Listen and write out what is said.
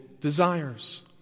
desires